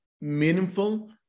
meaningful